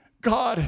God